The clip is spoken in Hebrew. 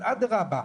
אדרבא.